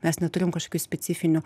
mes neturim kažkokių specifinių